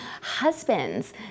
husbands